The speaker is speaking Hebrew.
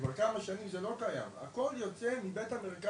כבר כמה שנים זה לא קיים, הכול יוצא מבית המרקחת,